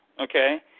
Okay